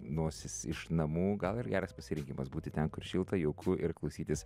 nosis iš namų gal ir geras pasirinkimas būti ten kur šilta jauku ir klausytis